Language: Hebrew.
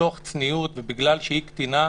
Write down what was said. מתוך צניעות ובגלל שהיא קטינה,